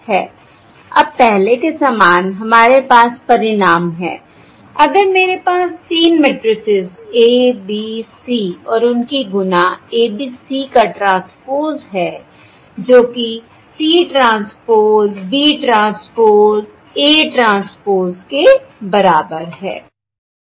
अब पहले के समान हमारे पास परिणाम है अगर मेरे पास तीन मेट्रिसेस A B C और उनकी गुना ABC का ट्रांसपोज़ है जो कि C transpose B transpose A transpose के बराबर है